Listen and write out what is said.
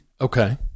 Okay